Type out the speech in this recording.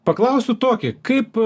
paklausiu tokį kaip